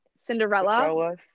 Cinderella